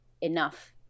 enough